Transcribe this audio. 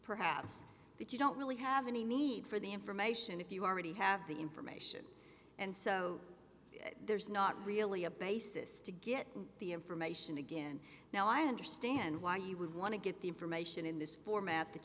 perhaps that you don't really have any need for the information if you already have the information and so there's not really a basis to get the information again now i understand why you would want to get the information in this format that